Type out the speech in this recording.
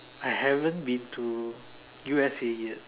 I haven't been to U_S_A yet